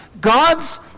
God's